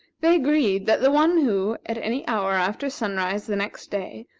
they agreed that the one who, at any hour after sunrise the next day,